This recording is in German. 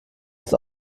ist